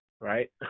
right